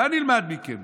מה נלמד מכם?